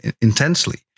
intensely